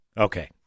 Okay